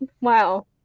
Wow